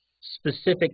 specific